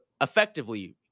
effectively